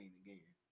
again